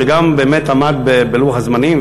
שבאמת עמד בלוח הזמנים,